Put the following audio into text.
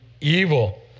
evil